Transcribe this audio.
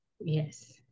Yes